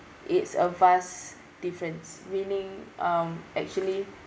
it's a vast difference meaning um actually